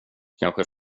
kanske